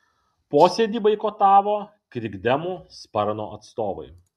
posėdį boikotavo krikdemų sparno atstovai